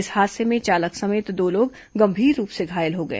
इस हादसे में चालक समेत दो लोग गंभीर रूप से घायल हो गए